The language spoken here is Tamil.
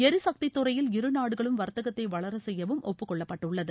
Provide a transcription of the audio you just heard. எரிசக்தித்துறையில் இருநாடுகளும் வாத்தகத்தை வளரசெய்யவும் ஒப்புக் கொள்ளப்பட்டுள்ளது